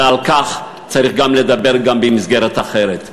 ועל כך צריך לדבר גם במסגרת אחרת.